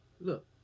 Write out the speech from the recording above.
Look